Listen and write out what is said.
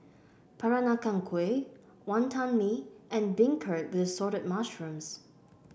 Peranakan Kueh Wantan Mee and beancurd with Assorted Mushrooms